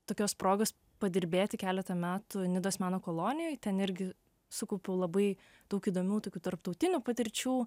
tokios progos padirbėti keletą metų nidos meno kolonijoj ten irgi sukaupiau labai daug įdomių tokių tarptautinių patirčių